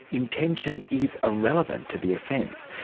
intention is irrelevant to the offence.